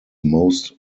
most